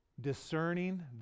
Discerning